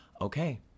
okay